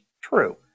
True